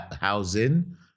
housing